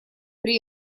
при